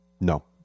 No